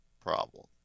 problem